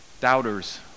Doubters